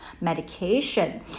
medication